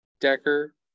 Decker